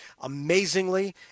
amazingly